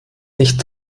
nicht